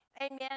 Amen